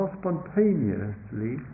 spontaneously